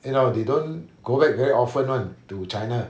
you know they don't go back very often [one] to china